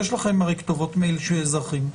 יש לכם הרי כתובות מייל של אזרחים,